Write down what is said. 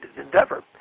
endeavor